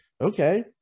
Okay